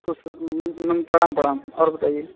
खुश रहो प्रणाम प्रणाम और बताइए